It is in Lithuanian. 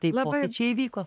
tai pokyčiai čia įvyko